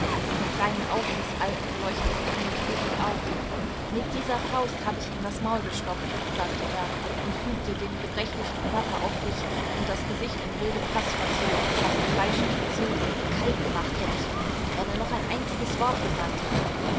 die kleinen augen des alten leuchteten triumphierend auf mit dieser faust hab ich ihm das maul gestopft sagte er und fügte den gebrechlichen körper aufrichtend und das gesicht in wildem haß verzogen fast kreischend hinzu kalt gemacht hätt ich ihn wenn er noch ein einziges wort gesagt hätte